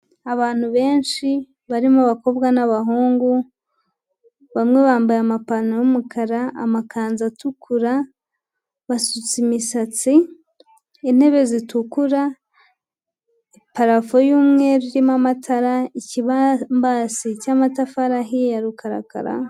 Abantu benshi barimo abakobwa n'abahungu, bamwe bambaye amapantaro y'umukara, amakanzu atukura, basutsa imisatsi, intebe zitukura, plafond y'umweru irimo amatara, ikibambasi cy'amatafari ahiye ya rukarakara.